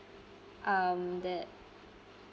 um that